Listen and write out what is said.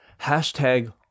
Hashtag